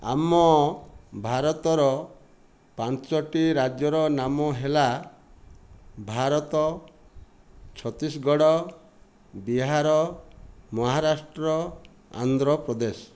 ଆମ ଭାରତର ପାଞ୍ଚଟି ରାଜ୍ୟର ନାମ ହେଲା ଭାରତ ଛତିଶଗଡ଼ ବିହାର ମହାରାଷ୍ଟ୍ର ଆନ୍ଧ୍ରପ୍ରଦେଶ